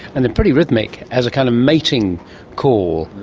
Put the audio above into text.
and they are pretty rhythmic, as a kind of mating call,